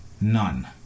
None